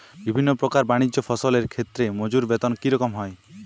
বিভিন্ন প্রকার বানিজ্য ফসলের ক্ষেত্রে মজুর বেতন কী রকম হয়?